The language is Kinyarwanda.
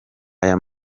aya